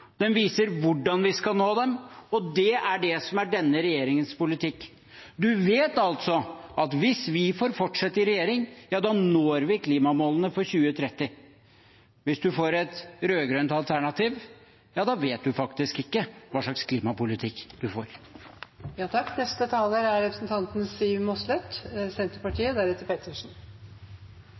Den viser hvordan vi skal nå dem, og det er det som er denne regjeringens politikk. Vi vet altså at hvis vi får fortsette i regjering, når vi klimamålene for 2030. Hvis vi får et rød-grønt alternativ, vet vi faktisk ikke hva slags klimapolitikk